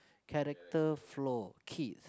character flaw Kith